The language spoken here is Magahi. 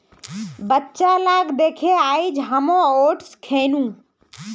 बच्चा लाक दखे आइज हामो ओट्स खैनु